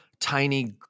tiny